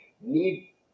Need